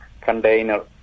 container